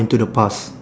into the past